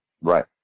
Right